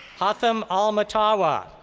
hatham al-matawa.